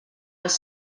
els